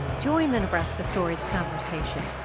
join the nebraska stories conversation.